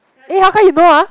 eh how come you know ah